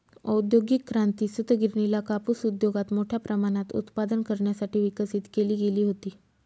औद्योगिक क्रांती, सूतगिरणीला कापूस उद्योगात मोठ्या प्रमाणात उत्पादन करण्यासाठी विकसित केली गेली होती